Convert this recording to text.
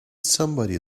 somebody